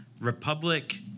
Republic